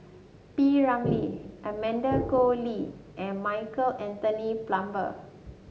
P Ramlee Amanda Koe Lee and Michael Anthony Palmer